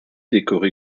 décoré